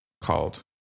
called